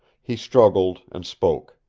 he struggled and spoke.